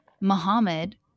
Muhammad